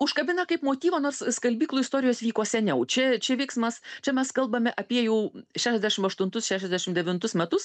užkabina kaip motyvą nors skalbyklų istorijos vyko seniau čia čia veiksmas čia mes kalbame apie jau šešiasdešim aštuntus šešiasdešim devintus metus